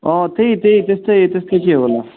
अँ त्यही त्यही त्यस्तै त्यस्तै के होला